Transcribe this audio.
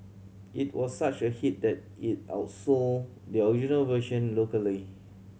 it was such a hit that it outsold the original version locally